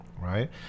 right